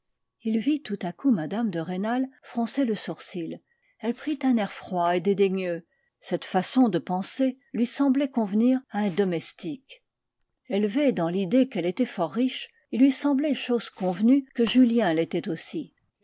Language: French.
il vit tout à coup mme de rênal froncer le sourcil elle prit un air froid et dédaigneux cette façon de penser lui semblait convenir à un domestique élevée dans l'idée qu'elle était fort riche il lui semblait chose convenue que julien l'était aussi